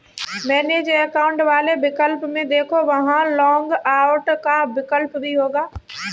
manage account वाले विकल्प में देखो, वहां लॉग आउट का विकल्प भी होगा